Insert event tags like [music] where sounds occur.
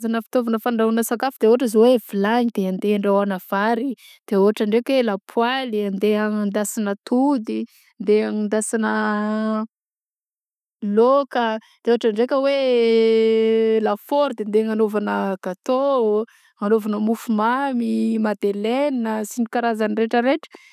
Karazana fitaovana fandrahoagna sakafo de ôhatra zao hoe vilagny de andraôgna vary de ôhatra ndraiky hoe lapoaly andeha anendasagna atody ndeha anendasagna laoka de ôhatra ndraika hoe [hesitation] lafoagnaro de andeha agnanaovana gatô agnaovana mofomamy madeleine sy ny karazagny retraretra.